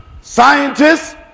scientists